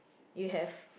you have